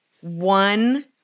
one